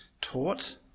taught